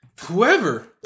whoever